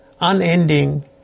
unending